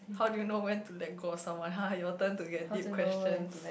how do you know when to that ghost someone haha your turn to get deep questions